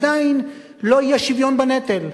עדיין לא יהיה שוויון בנטל.